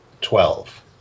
Twelve